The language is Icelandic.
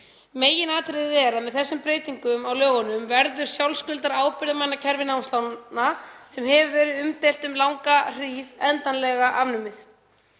Meginatriði er að með þessum breytingum á lögunum verður sjálfskuldarábyrgðarmannakerfi námslána sem hefur verið umdeilt um langa hríð endanlega afnumið.